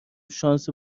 شانس